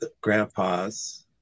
Grandpa's